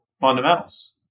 fundamentals